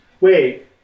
Wait